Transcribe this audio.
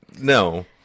no